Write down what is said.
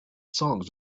songs